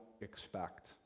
expect